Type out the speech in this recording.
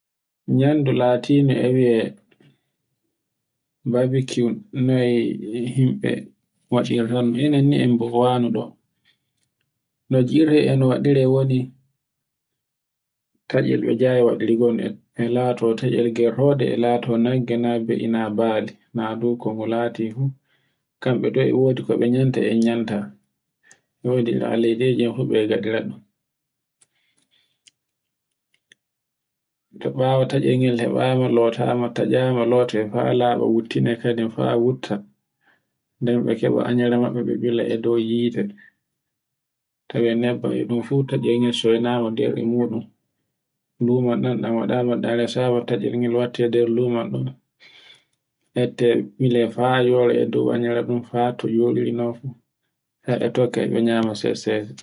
Nyamdu latinde e wi'e babakiyun noye himbe waɗirta ɗun. Enen ni em bowano ɗo. No ngi'irte e nu waɗare woni tatcel be jawi waɗire gon e lato tatcel gertoɗe, e lato nagge, na be'I na bali, na du kongo lati fu kamɓe ko e wodi koɓe nyamta e nyanta. E wodi ira leytceɗi fu be ngaɗira ɗum. to ɓawo tatcel ngel heɓama lotama tatcema lote fa laɓa wuttine kadin fa wutta. nden be keɓa annore mabbe ɓe ɓila a dow hite. tawe nebban e ɗun fu e tceyne soynama nder e muɗum. luman ɗan ɗan waɗama ɗan resama tatcel nge waɗan nder luman ɗan ette ɓile fa yora e dow annora ɗun fa to yoriri non fu. sai be tokke e be nyama sesesese.